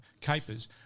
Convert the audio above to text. capers